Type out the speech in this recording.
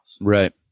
right